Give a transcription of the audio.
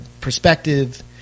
perspective